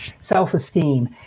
self-esteem